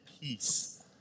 peace